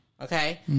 Okay